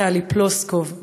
טלי פלוסקוב,